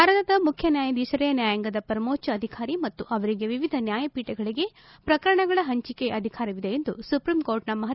ಭಾರತದ ಮುಖ್ಯನ್ಯಾಯಧೀಶರೇ ನ್ಯಾಯಾಂಗದ ಪರಮೋಚ್ಚ ಅಧಿಕಾರಿ ಮತ್ತು ಅವರಿಗೆ ವಿವಿಧ ನ್ಲಾಯಪೀಠಗಳಿಗೆ ಪ್ರಕರಣಗಳ ಪಂಚಿಕೆಯ ಪರಮಾಧಿಕಾರವಿದೆ ಎಂದು ಸುಪ್ರೀಂಕೋರ್ಟ್ನ ಮಹತ್ತದ ಹೇಳಿಕೆ